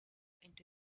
into